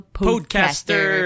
podcaster